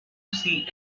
sea